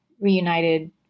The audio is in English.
reunited